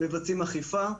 מבצעים אכיפה.